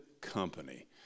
company